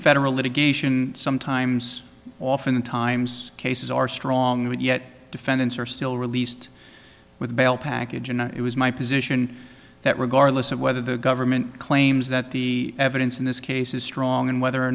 federal litigation sometimes oftentimes cases are strong but yet defendants are still released with bail package and it was my position that regardless of whether the government claims that the evidence in this case is strong and whether or